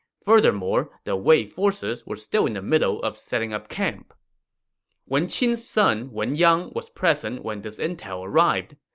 furthermore, the wei forces were still in the middle of setting up camp wen qin's son wen yang was present when this intel arrived.